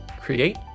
create